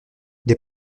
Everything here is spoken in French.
des